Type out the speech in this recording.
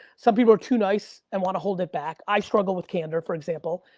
some people are too nice and wanna hold it back. i struggle with candor, for example.